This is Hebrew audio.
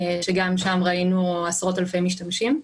שגם שם ראינו עשרות אלפי משתמשים.